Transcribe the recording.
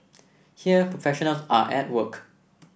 here professionals are at work